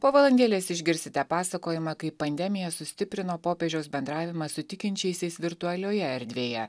po valandėlės išgirsite pasakojimą kaip pandemija sustiprino popiežiaus bendravimą su tikinčiaisiais virtualioje erdvėje